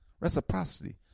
Reciprocity